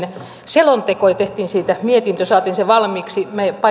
selonteko ja tehtiin siitä mietintö saatiin se valmiiksi me